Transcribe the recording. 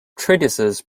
treatises